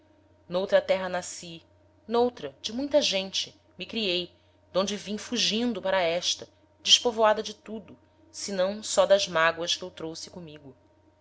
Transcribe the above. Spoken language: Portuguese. muito n'outra terra nasci n'outra de muita gente me creei d'onde vim fugindo para esta despovoada de tudo senão só das mágoas que eu trouxe comigo